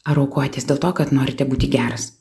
ar aukojatės dėl to kad norite būti geras